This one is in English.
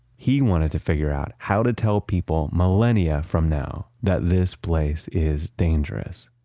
he wanted to figure out how to tell people millennia from now that this place is dangerous